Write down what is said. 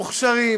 מוכשרים,